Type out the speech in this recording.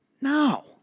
no